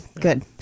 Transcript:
good